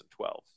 2012